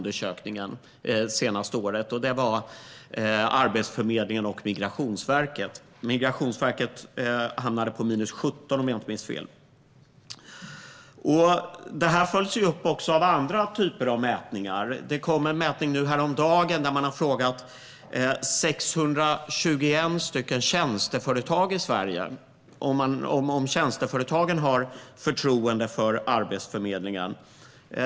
Det är Arbetsförmedlingen och Migrationsverket. Migrationsverket hamnade på minus 17, om jag inte minns fel. Detta följs upp i andra typer av mätningar. Det kom en mätning häromdagen där man hade frågat 621 tjänsteföretag i Sverige om man där har förtroende för Arbetsförmedlingen.